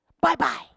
Bye-bye